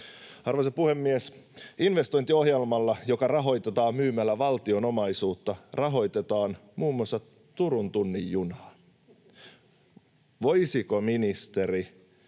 Arvoisa puhemies! Investointiohjelmalla, joka rahoitetaan myymällä valtion omaisuutta, rahoitetaan muun muassa Turun tunnin junaa. Voisiko ministeri